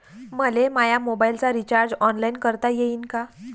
मले माया मोबाईलचा रिचार्ज ऑनलाईन करता येईन का?